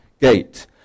gate